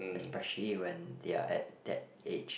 especially when they are at that age